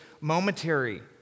momentary